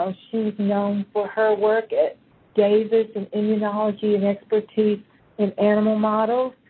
um she's known for her work at davis and immunology and expertise in animal models.